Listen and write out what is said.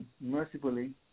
mercifully